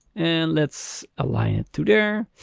and let's align it to there.